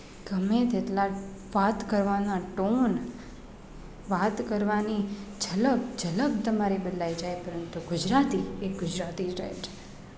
ગમે તેટલા વાત કરવાનાં ટોન વાત કરવાની ઝલક ઝલક તમારી બદલાઈ જાય પરંતુ ગુજરાતી એ ગુજરાતી જ રહે છે